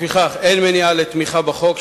לפיכך אין מניעה מלתמוך בחוק,